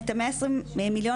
את ה-120 מיליון,